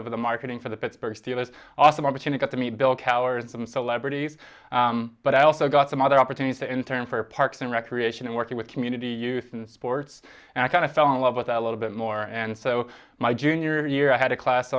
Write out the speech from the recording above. of the marketing for the pittsburgh steelers awesome opportunity to meet bill cowards and celebrities but i also got some other opportunities to intern for parks and recreation and working with community youth and sports and i kind of fell in love with that a little bit more and so my junior year i had a class